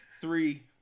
three